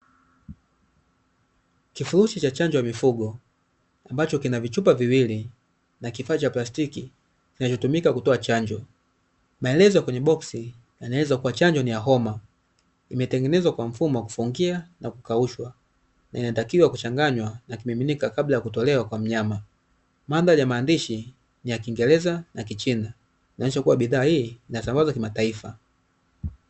Kifurushi tofauti cha chanjo ya mifugo ambacho kina vichupa viwili na kifaa cha plastiki kinachotumika kutoa chanjo maelezo kwenye boksi yanaweza kuwa chanjo ni ya homa, imetengenezwa kwa mfumo wa kufungia na kukaushwa inatakiwa kuchanganywa na kimiminika kabla ya kutolewa kwa mnyama mada ya maandishi ni ya kiingereza na kichina kinachokuwa bidhaa hii natangaza kimataifa.